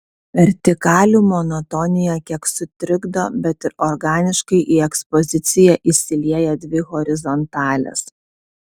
vertikalių monotoniją kiek sutrikdo bet ir organiškai į ekspoziciją įsilieja dvi horizontalės